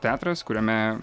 teatras kuriame